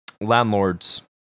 Landlords